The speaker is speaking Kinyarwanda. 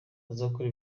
bazakora